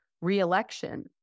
re-election